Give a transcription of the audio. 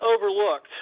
overlooked